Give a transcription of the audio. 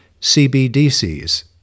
CBDCs